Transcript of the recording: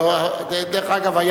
דרך אגב,